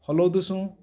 ହଲଉ ଦୁସୁଁ